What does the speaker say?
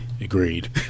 agreed